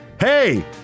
hey